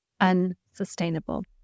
unsustainable